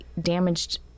damaged